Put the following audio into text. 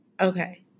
Okay